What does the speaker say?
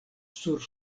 sur